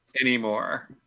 anymore